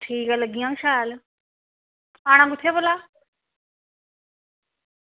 ठीक ऐ लग्गी जाना शैल आना कुत्थें ऐ भला